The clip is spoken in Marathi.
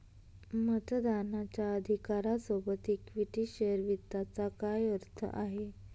मतदानाच्या अधिकारा सोबत इक्विटी शेअर वित्ताचा काय अर्थ आहे?